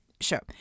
Sure